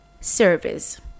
service